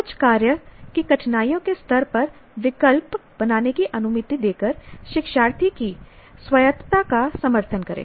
कुछ कार्य की कठिनाई के स्तर पर विकल्प बनाने की अनुमति देकर शिक्षार्थी की स्वायत्तता का समर्थन करें